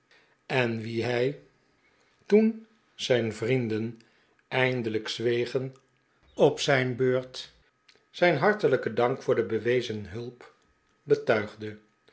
en wien hij toen zijn vrienden eindelijk zwegen op zijn beurt zijn hartelijken dank voor de bewe zen hulp betuigde